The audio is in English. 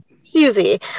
Susie